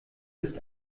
ist